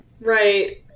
Right